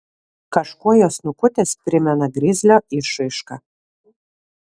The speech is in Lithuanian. kažkuo jo snukutis primena grizlio išraišką